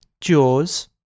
Jaws